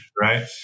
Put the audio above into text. Right